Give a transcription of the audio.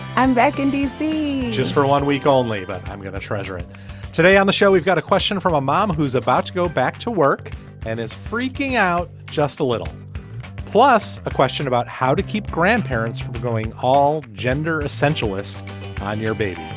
i'm back in d c. just for one week only but i'm going to treasury today on the show we've got a question from a mom who's about to go back to work and is freaking out just a little plus a question about how to keep grandparents from going all gender essentialist on your baby.